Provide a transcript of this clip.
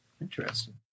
Interesting